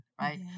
right